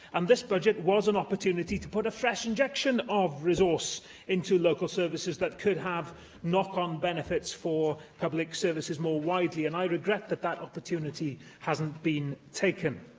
and this budget was an opportunity to put a fresh injection of resource into local services that could have knock-on benefits for public services more widely, and i regret that that opportunity hasn't been taken.